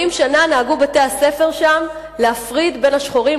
80 שנה נהגו בתי-הספר שם להפריד בין השחורים